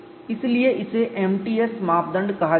इसलिए इसे MTS मापदंड कहा जाता है